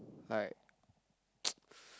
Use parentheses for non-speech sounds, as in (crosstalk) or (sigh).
like (noise)